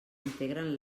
integren